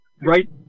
Right